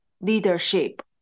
leadership